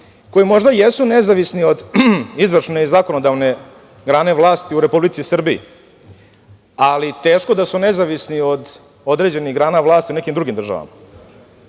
koji možda jesu nezavisni od izvršne i zakonodavne grane vlasti u Republici Srbiji ali teško da su nezavisni od određenih grana vlasti u nekim drugim državama. To